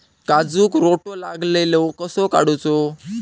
काजूक रोटो लागलेलो कसो काडूचो?